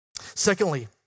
Secondly